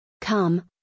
Come